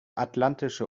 atlantische